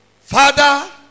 Father